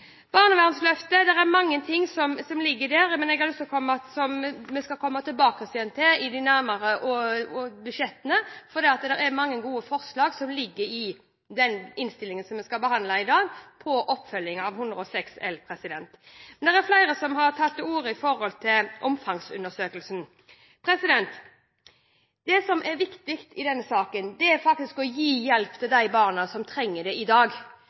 er mange ting som ligger i barnevernsløftet, men jeg har lyst til at vi skal komme tilbake til det i de nærmeste budsjettene, for det er mange gode forslag som ligger i den innstillingen vi skal behandle i dag, til oppfølgingen av Prop. 106 L for 2012–2013. Flere har tatt ordet i forbindelse med omfangsundersøkelsen. Det som er viktig i den saken, er faktisk å gi hjelp til de barna som trenger det i dag.